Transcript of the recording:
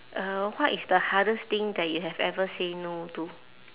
uh what is the hardest thing that you have ever say no to